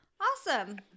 awesome